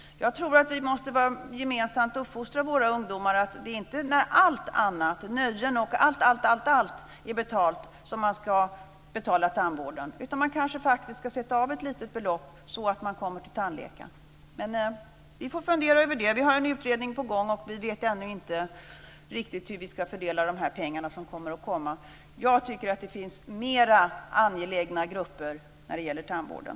Jag tror att vi gemensamt måste uppfostra våra ungdomar att det inte är när nöjen och allt annat är betalt som man ska betala tandvården utan att man kanske ska sätta av ett litet belopp så att man kommer till tandläkaren. Men vi får fundera över detta. Vi har en utredning på gång, och vi vet ännu inte riktigt hur vi ska fördela de pengar som kommer att komma. Jag tycker att det finns mer angelägna grupper när det gäller tandvården.